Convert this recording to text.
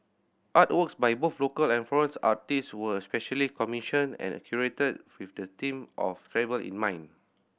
artworks by both local and foreign artist were specially commissioned and curated with the theme of travel in mind